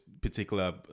particular